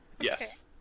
yes